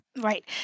Right